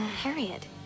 Harriet